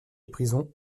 prison